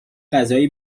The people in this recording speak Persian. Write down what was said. قضایی